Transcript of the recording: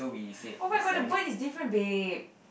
oh-my-god the bird is different big